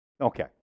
Okay